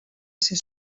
ser